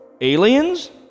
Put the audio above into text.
Aliens